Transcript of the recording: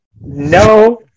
no